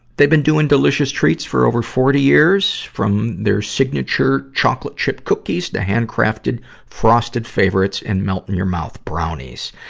they've been doing delicious treats for over forty years, from their signature chocolate-chip cookies to hand-crafted frosted favorites and melt-in-your-mouth brownies.